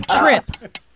trip